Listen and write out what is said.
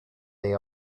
they